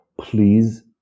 please